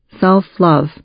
self-love